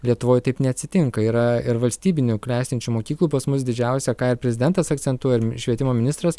lietuvoj taip neatsitinka yra ir valstybinių klestinčių mokyklų pas mus didžiausia ką ir prezidentas akcentuoja ir švietimo ministras